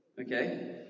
Okay